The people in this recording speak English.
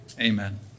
Amen